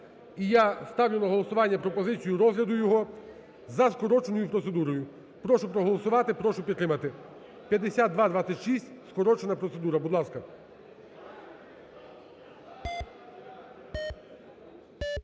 І я ставлю на голосування пропозицію розгляду його за скороченою процедурою. Прошу проголосувати, прошу підтримати. 5226 – скорочена процедура. Будь ласка.